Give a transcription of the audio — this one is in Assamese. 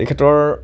তেখেতৰ